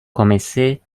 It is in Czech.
komisi